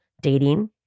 dating